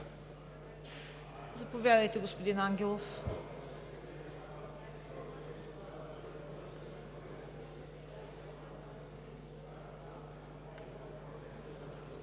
Заповядайте, господин Ангелов.